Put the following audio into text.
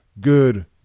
Good